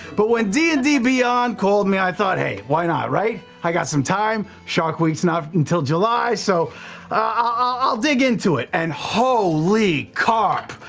but when d and d beyond called me, i thought, hey, why not, right? i got some time. shark week's not until july so ah i'll dig into it and holy carp!